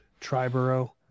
triborough